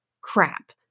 crap